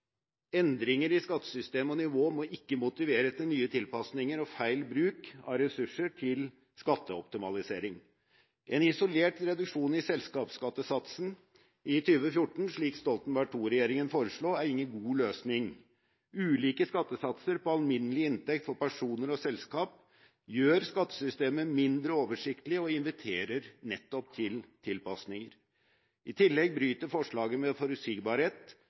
Endringer i skattesystem og nivå må ikke motivere til nye tilpasninger og feil bruk av ressurser til skatteoptimalisering. En isolert reduksjon i selskapsskattesatsen i 2014, slik Stoltenberg II-regjeringen foreslo, er ingen god løsning. Ulike skattesatser på alminnelig inntekt for personer og selskaper gjør skattesystemet mindre oversiktlig og inviterer nettopp til tilpasninger. I tillegg bryter forslaget med forutsigbarhet